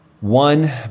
one